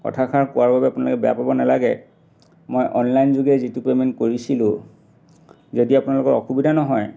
কথাষাৰ কোৱাৰ বাবে আপোনালোকে বেয়া পাব নালাগে মই অনলাইনযোগে যিটো পে'মেণ্ট কৰিছিলোঁ যদি আপোনালোকৰ অসুবিধা নহয়